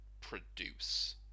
produce